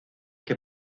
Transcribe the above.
que